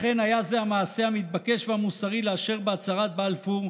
לכן היה זה המעשה המתבקש והמוסרי לאשר בהצהרת בלפור,